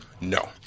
No